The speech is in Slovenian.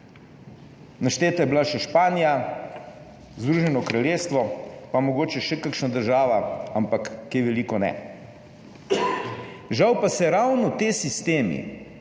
Našteta je bila še Španija, Združeno kraljestvo, pa mogoče še kakšna država, ampak kaj veliko ne. Žal pa se ravno ti sistemi